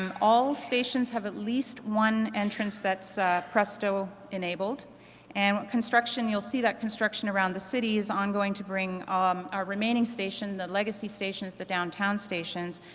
um all stations have at least one entrance that's presto enabled and construction, you'll see that construction around the city is ongoing to bring um our remaining stations, the legacy stations, the downtown stations,